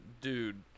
dude